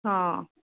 હં